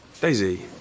Daisy